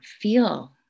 feel